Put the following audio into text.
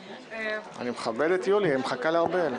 אני מכבד את יוליה, היא מחכה לארבל.